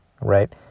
right